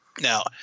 Now